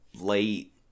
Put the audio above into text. late